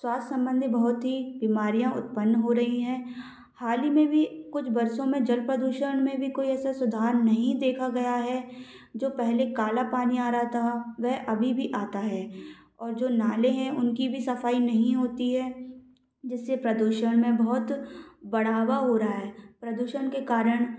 स्वास्थ सम्बंधी बहुत ही बीमारियाँ उत्पन्न हो रहीं हैं हाल ही में अभी कुछ वर्षों में जल प्रदूषण में भी कोई ऐसा सुधार नहीं देखा गया है जो पहले काला पानी आ रहा था वह अभी भी आता है और जो नाले हैं उनकी भी सफाई नहीं होती है जिससे प्रदूषण में बहुत बढ़ावा हो रहा है प्रदूषण के कारण